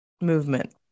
movement